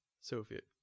Soviet